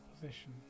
position